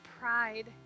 pride